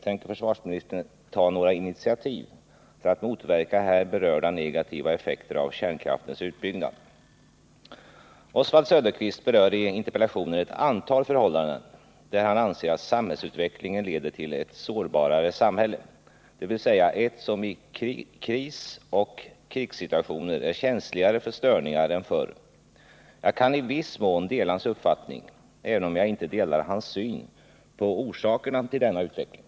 Tänker försvarsministern ta några initiativ för att motverka här berörda negativa effekter av kärnkraftens utbyggnad? Oswald Söderqvist berör i interpellationen ett antal förhållanden där han anser att samhällsutvecklingen leder till ett sårbarare samhälle, dvs. ett som i krisoch krigssituationer är känsligare för störningar än förr. Jag kan i viss mån dela hans uppfattning, även om jag inte delar hans syn på orsakerna till denna utveckling.